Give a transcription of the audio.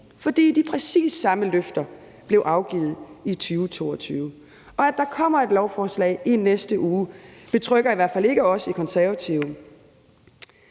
For de præcis samme løfter blev afgivet i 2022, og at der kommer et lovforslag i næste uge, betrygger i hvert fald ikke os i Konservative.